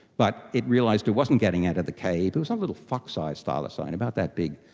but it realised it wasn't getting out of the cave, it was a little fox-sized thylacine about that big,